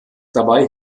dabei